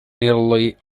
nearly